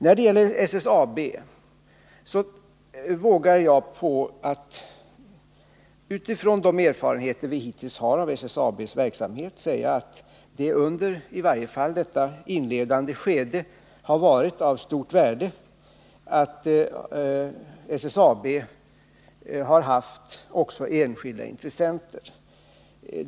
Vad beträffar SSAB vågar jag mig på att utifrån de erfarenheter vi hittills har av SSAB:s verksamhet säga, att det i varje fall under detta inledande skede har varit av stort värde att SSAB har haft också enskilda intressenter.